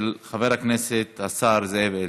של חבר הכנסת והשר זאב אלקין.